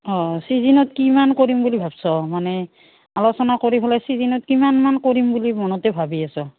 অঁ ছিজনত কিমান কৰিম বুলি ভাবিছ' মানে আলোচনা কৰি পেলাই ছিজনত কিমানমান কৰিম বুলি মনতে ভাবি আছ'